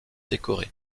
décoré